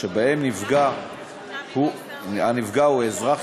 שבהן הנפגע הוא אזרח,